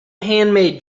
handmade